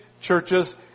churches